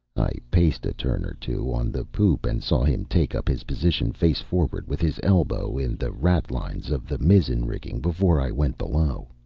i paced a turn or two on the poop and saw him take up his position face forward with his elbow in the ratlines of the mizzen rigging before i went below.